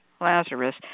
Lazarus